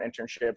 internships